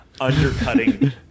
undercutting